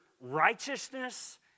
righteousness